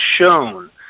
shown